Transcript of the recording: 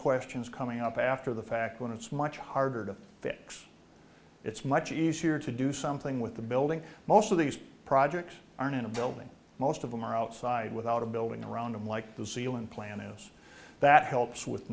questions coming up after the fact when it's much harder to fix it's much easier to do something with the building most of these projects aren't in a building most of them are outside without a building around them like the ceiling plan is that helps with